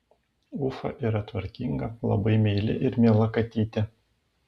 ufa yra tvarkinga labai meili ir miela katytė